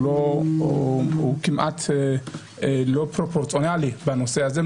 הוא כמעט לא פרופורציונלי בנושא הזה,